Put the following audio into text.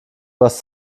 was